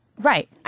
Right